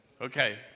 Okay